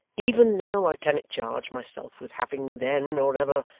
even now i cannot charge myself with having, then, or ever,